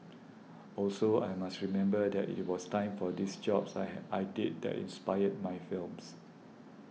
also I must remember that it was time for these jobs I had I did that inspired my films